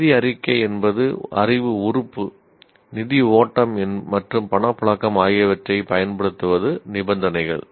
நிதி அறிக்கை என்பது அறிவு உறுப்பு நிதி ஓட்டம் மற்றும் பணப்புழக்கம் ஆகியவற்றைப் பயன்படுத்துவது நிபந்தனைகள்